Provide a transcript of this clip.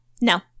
No